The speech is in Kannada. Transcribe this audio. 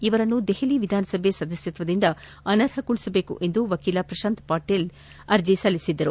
ಇವರನ್ನು ದೆಹಲಿ ವಿಧಾನಸಭೆ ಸದಸ್ಸತ್ವದಿಂದ ಅನರ್ಹಗೊಳಿಸುವಂತೆ ವಕೀಲ ಪ್ರಶಾಂತ್ ಪಟೇಲ್ ಅರ್ಜಿ ಸಲ್ಲಿಸಿದ್ದರು